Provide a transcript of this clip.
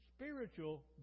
spiritual